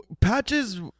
Patches